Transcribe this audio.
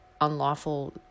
unlawful